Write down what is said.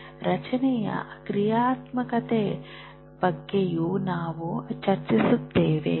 ರಚನೆಯ ಕ್ರಿಯಾತ್ಮಕತೆಯ ಬಗ್ಗೆಯೂ ನಾವು ಚರ್ಚಿಸುತ್ತೇವೆ